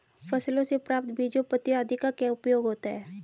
फसलों से प्राप्त बीजों पत्तियों आदि का क्या उपयोग होता है?